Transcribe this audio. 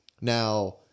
Now